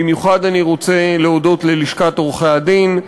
במיוחד אני רוצה להודות ללשכת עורכי-הדין,